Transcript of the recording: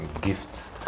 gifts